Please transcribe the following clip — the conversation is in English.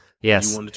Yes